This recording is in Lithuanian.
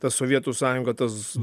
tas sovietų sąjunga tas